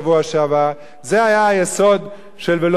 זה היה היסוד של ולא תהיה כעדת קורח,